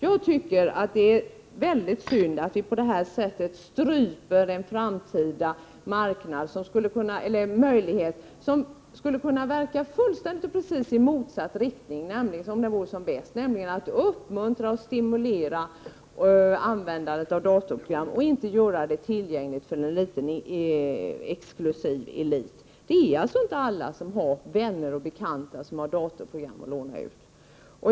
Jag tycker att det är mycket synd att den framtida möjlighet som innebär att man skulle kunna verka i helt motsatt riktning, nämligen att uppmuntra och stimulera användandet av datorprogram, stryps och att dessa datorprogram görs tillgängliga för en liten exklusiv elit. Det är inte alla som har vänner och bekanta att låna datorprogram av.